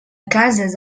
cases